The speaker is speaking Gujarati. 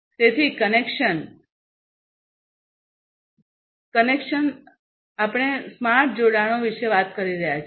તેથી કનેક્શન તેથી આપણે સ્માર્ટ જોડાણો વિશે વાત કરી રહ્યા છીએ